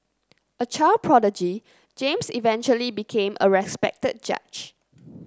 a child prodigy James eventually became a respected judge